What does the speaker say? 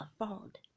afford